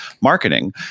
marketing